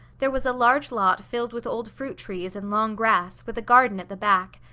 there was a large lot filled with old fruit trees and long grass, with a garden at the back.